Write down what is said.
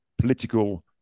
political